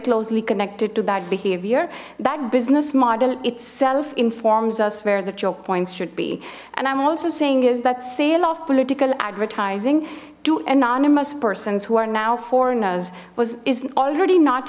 closely connected to that behavior that business model itself informs us where that your points should be and i'm also saying is that sale of political advertising to anonymous persons who are now foreigners was is already not